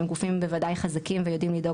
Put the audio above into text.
שהם גופים בוודאי חזקים ויודעים לדאוג